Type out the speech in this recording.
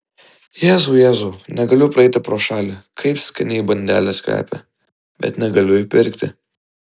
jėzau jėzau negaliu praeiti pro šalį kaip skaniai bandelės kvepia bet negaliu įpirkti